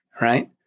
right